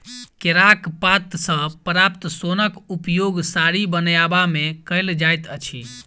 केराक पात सॅ प्राप्त सोनक उपयोग साड़ी बनयबा मे कयल जाइत अछि